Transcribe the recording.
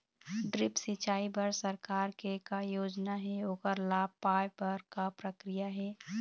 Drip सिचाई बर सरकार के का योजना हे ओकर लाभ पाय बर का प्रक्रिया हे?